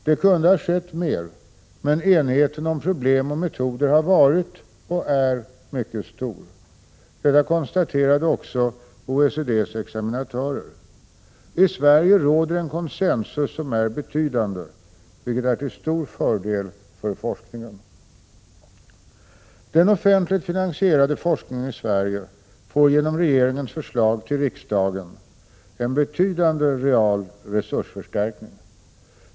Det kunde ha skett mer, men enigheten om problem och metoder har varit — och är — mycket stor. Detta konstaterade också OECD:s examinatörer. I Sverige råder en concensus som är betydande, vilket är till stor fördel för forskningen. Den offentligt finansierade forskningen i Sverige får genom regeringens förslag till riksdagen en betydande real resursförstärkning.